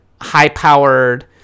high-powered